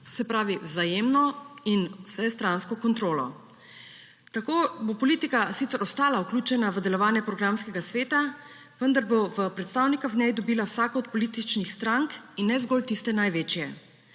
se pravi vzajemno in vsestransko kontrolo. Tako bo politika sicer ostala vključena v delovanje programskega sveta, vendar bo predstavnika v njej dobila vsaka od političnih strank in ne zgolj tiste največje.